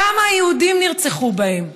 כמה יהודים נרצחו בהן.